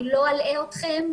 אני לא אלאה אתכם,